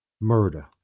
murder